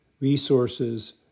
Resources